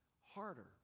harder